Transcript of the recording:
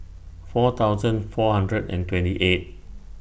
four thousand four hundred and twenty eight